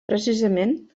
precisament